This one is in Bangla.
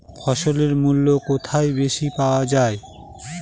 ফসলের মূল্য কোথায় বেশি পাওয়া যায়?